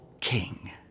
king